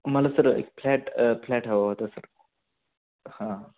मला सर एक flat flat हवा होता सर हां